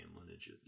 lineage